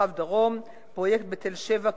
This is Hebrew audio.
פרויקט בתל-שבע,